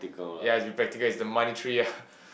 ya it's to be practical it's the monetary ah